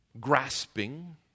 grasping